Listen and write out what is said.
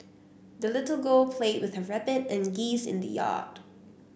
the little girl played with her rabbit and geese in the yard